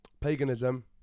paganism